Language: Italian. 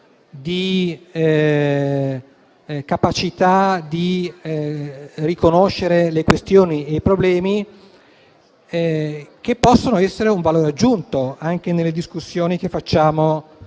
di capacità di riconoscere le questioni e i problemi, ed essere un valore aggiunto, anche nelle discussioni che facciamo